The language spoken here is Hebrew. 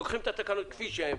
לוקחים את התקנות כפי שהן,